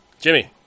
Jimmy